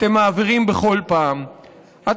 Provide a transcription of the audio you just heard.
אתם בכל פעם, מעבירים.